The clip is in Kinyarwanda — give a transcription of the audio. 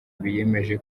biyemeje